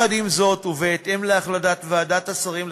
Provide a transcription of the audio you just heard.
עם זאת, ובהתאם להחלטת ועדת השרים לחקיקה,